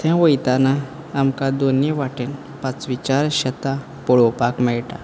थंय वयताना आमकां दोनी वाटेन पांचवीचार शेतां पळोपाक मेयटा